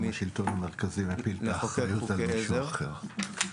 השלטון המרכזי מפיל את זה על מישהו אחר.